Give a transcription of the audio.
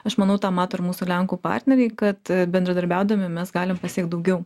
aš manau tą mato ir mūsų lenkų partneriai kad bendradarbiaudami mes galim pasiekt daugiau